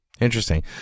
Interesting